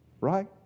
right